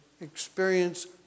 experience